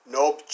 Nope